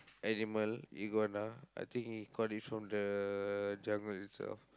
animal iguana I think he caught it from the jungle itself